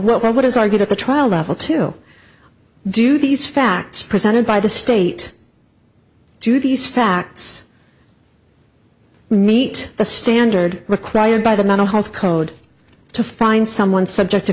what is argued at the trial level to do these facts presented by the state do these facts meet the standard required by the mental health code to find someone subject to